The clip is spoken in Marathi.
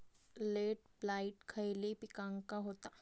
लेट ब्लाइट खयले पिकांका होता?